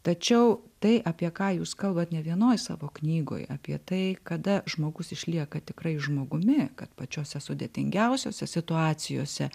tačiau tai apie ką jūs kalbat ne vienoj savo knygoj apie tai kada žmogus išlieka tikrai žmogumi kad pačiose sudėtingiausiose situacijose